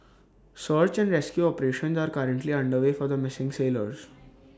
search and rescue operations are currently underway for the missing sailors